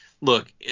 look